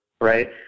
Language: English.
right